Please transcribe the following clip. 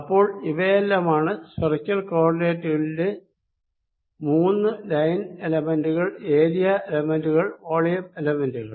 അപ്പോൾ ഇവയെല്ലാമാണ് spherical co ഓർഡിനേറ്റിലെ മൂന്നു ലൈൻ എലെമെന്റുകൾ ഏരിയ എലെമെന്റുകൾ വോളിയം എലെമെന്റുകൾ